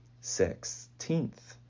Sixteenth